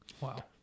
Wow